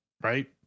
Right